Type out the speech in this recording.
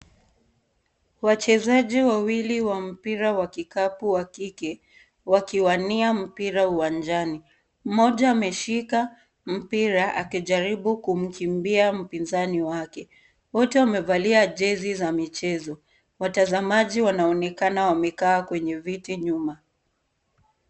Wachezaji wawili wa mpira wa kikapu wa kike, wakiwania mpira uwanjani, mmoja ameshika, mpira, akijaribu kumkimbia mpinzani wake. Wote wamevalia jezi za michezo, watazamaji wanaonekana wamekaa kwenye viti nyuma.